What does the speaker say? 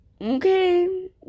okay